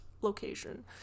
location